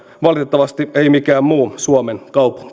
valitettavasti ei mikään muu suomen